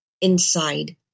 inside